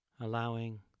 Allowing